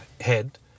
head